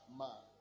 man